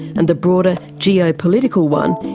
and the broader geopolitical one,